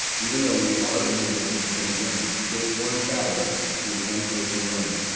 even though we are in the midst of a pandemic, kids learn better through in-person learning.